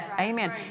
Amen